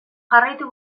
jarraitu